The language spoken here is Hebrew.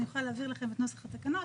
אני יכולה להעביר לכם את נוסח התקנות.